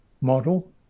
model